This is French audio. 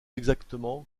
exactement